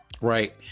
right